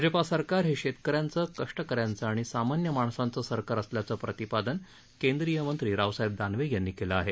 भाजपा सरकार हे शेतकऱ्यांच कष्टकऱ्यांचं आणि सामान्य माणसांचं सरकार असल्याचं प्रतिपादन केंद्रिय मंत्री रावसाहेब दानवे यांनी केलं आहे